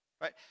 right